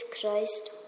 Christ